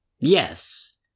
Yes